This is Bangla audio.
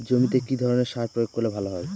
জমিতে কি ধরনের সার প্রয়োগ করলে ভালো হয়?